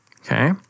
okay